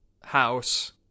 house